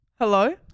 Hello